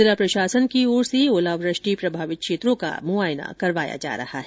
जिला प्रशासन की ओर से ओलावृष्टि प्रभावित क्षेत्रों का मुआयना करवाया जा रहा है